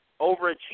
overachieving